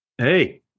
Hey